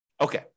Okay